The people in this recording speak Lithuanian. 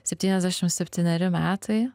septyniasdešim septyneri metai